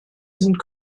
sind